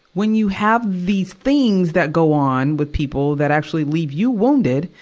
when you have these things that go on with people that actually leave you wounded,